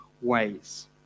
ways